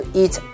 eat